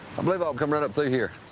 i believe i'll come right up through here.